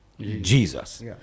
Jesus